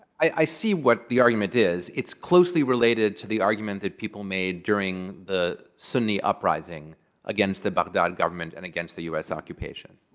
i see what the argument is. it's closely related to the argument that people made during the sunni uprising against the baghdad government and against the us occupation.